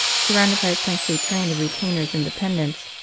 surrounded by a princely train of retainers and dependents,